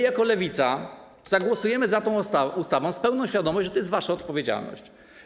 Jako lewica zagłosujemy za tą ustawą, z pełną świadomością, że to jest wasza odpowiedzialność.